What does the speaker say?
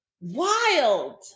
wild